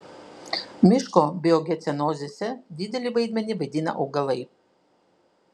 miško biogeocenozėse didelį vaidmenį vaidina augalai